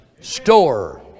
store